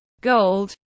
gold